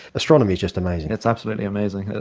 astronomy is just amazing. it's absolutely amazing,